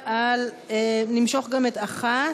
ונמשוך גם את 1,